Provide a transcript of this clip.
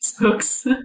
books